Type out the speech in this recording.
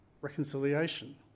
reconciliation